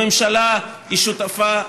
הממשלה היא שותפה,